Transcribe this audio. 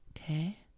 Okay